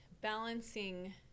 balancing